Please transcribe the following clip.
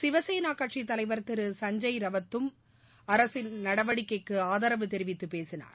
சிவசேனா கட்சித் தலைவா் திரு சஞ்ஜய் ரவத்தும் அரசின் நடவடிக்கைக்கு ஆதரவு தெரிவித்து பேசினார்